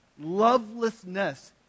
Lovelessness